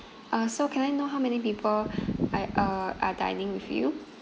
uh so can I know how many people I uh are dining with you